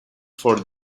for